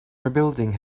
rebuilding